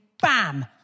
Bam